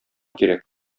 кирәк